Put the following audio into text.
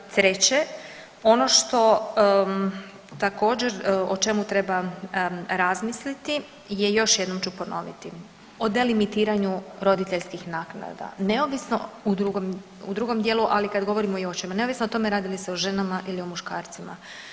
Treće, ono što također o čemu treba razmisliti je, još jednom ću ponoviti, o delimitiranju roditeljskih naknada, neovisno u drugom, u drugom dijelu, ali i kad govorimo i o očevima, neovisno o tome radi li se o ženama ili o muškarcima.